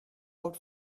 out